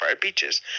beaches